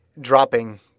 dropping